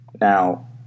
now